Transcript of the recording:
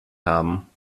haben